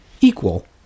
equal